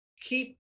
keep